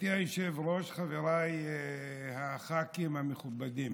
גברתי היושבת-ראש, חבריי הח"כים המכובדים,